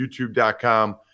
YouTube.com